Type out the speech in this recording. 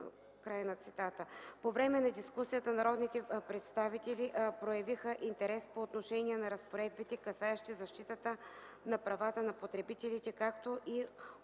По време на дискусията народните представители проявиха интерес по отношение на разпоредбите, касаещи защитата на правата на потребителите, както и